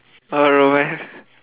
ah romance